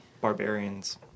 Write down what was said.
barbarians